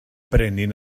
brenin